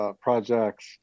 projects